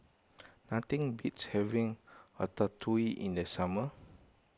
nothing beats having Ratatouille in the summer